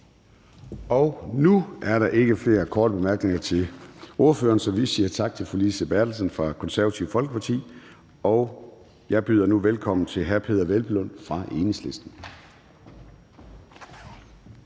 Nu er der ikke flere korte bemærkninger til ordføreren, så vi siger tak til fru Lise Bertelsen fra Det Konservative Folkeparti. Og jeg byder nu velkommen til hr. Peder Hvelplund fra Enhedslisten.